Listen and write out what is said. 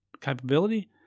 capability